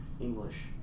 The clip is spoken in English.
English